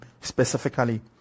specifically